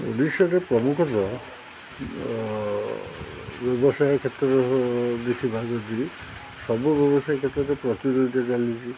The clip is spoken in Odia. ଓଡ଼ିଶାରେ ପ୍ରମୁଖତଃ ବ୍ୟବସାୟ କ୍ଷେତ୍ରରେ ଦେଖିବା ଯଦି ସବୁ ବ୍ୟବସାୟ କ୍ଷେତ୍ରରେ ପ୍ରତିଯୋଗିତା ଚାଲିଛି